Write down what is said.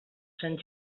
sant